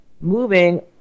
moving